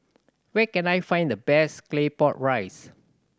where can I find the best Claypot Rice